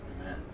Amen